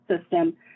system